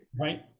Right